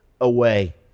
away